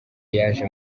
yaje